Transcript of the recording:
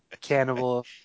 cannibal